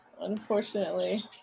unfortunately